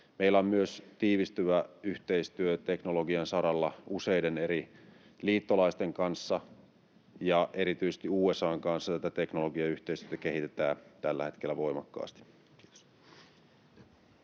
Meillä on myös tiivistyvä yhteistyö teknologian saralla useiden eri liittolaisten kanssa, ja erityisesti USA:n kanssa tätä teknologiayhteistyötä kehitetään tällä hetkellä voimakkaasti. — Kiitos.